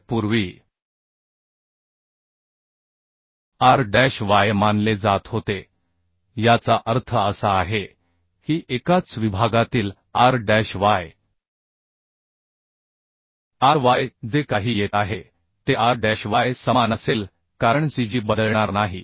जे पूर्वी r dash y मानले जात होते याचा अर्थ असा आहे की एकाच विभागातील r dash y r y जे काही येत आहे ते r डॅश y समान असेल कारण cg बदलणार नाही